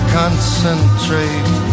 concentrate